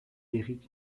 eric